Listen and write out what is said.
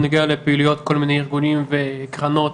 בנוגע לפעילויות כל מיני ארגונים וקרנות,